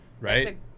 Right